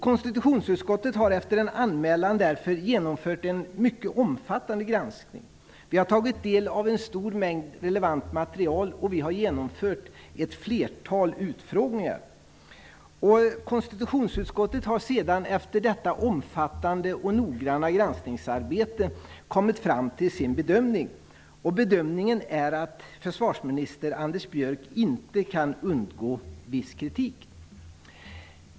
Konstitutionsutskottet har därför efter en anmälan genomfört en mycket omfattande granskning. Vi har tagit del av en stor mängd relevant material, och vi har genomfört ett flertal utfrågningar. Konstitutionsutskottet har efter detta omfattande och noggranna granskningsarbete kommit fram till sin bedömning: Försvarsminister Anders Björck kan inte undgå viss kritik.